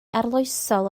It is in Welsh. arloesol